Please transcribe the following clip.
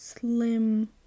slim